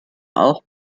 auch